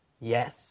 Yes